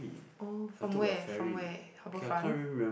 oh from where from where Harbourfront